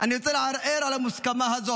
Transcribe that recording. אני רוצה לערער על המוסכמה הזאת.